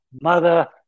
mother